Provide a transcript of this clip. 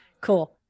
Cool